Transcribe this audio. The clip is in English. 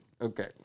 Okay